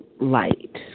light